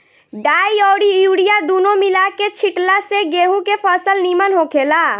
डाई अउरी यूरिया दूनो मिला के छिटला से गेंहू के फसल निमन होखेला